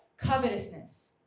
Covetousness